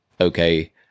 okay